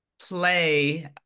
play